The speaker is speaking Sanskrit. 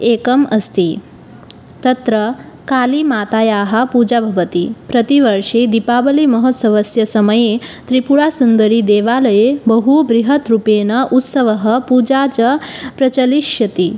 एकम् अस्ति तत्र काली मातुः पूजा भवति प्रतिवर्षे दीपावलिमहोत्सवस्य समये त्रिपुरसुन्दरीदेवालये बहु बृहत् रूपेण उत्सवः पूजा च प्रचलिष्यति